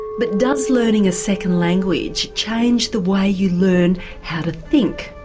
but does learning a second language change the way you learn how to think?